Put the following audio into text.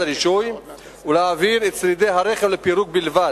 הרישוי ולהעביר את שרידי הרכב לפירוק בלבד.